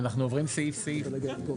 אנחנו עוברים סעיף סעיף.